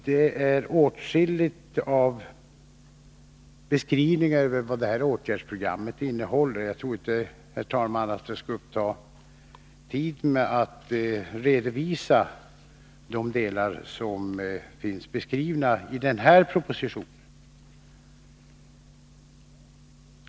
Det finns åtskilliga beskrivningar av detta åtgärdsprograms innehåll. Jag tror inte, herr talman, att jag skall uppta tiden med att redovisa de delar som finns beskrivna i denna proposition.